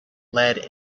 lead